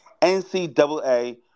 NCAA